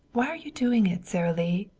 why are you doing it, sara lee?